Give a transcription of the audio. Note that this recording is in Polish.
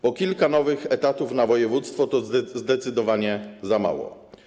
Po kilka nowych etatów na województwo to zdecydowanie za mało.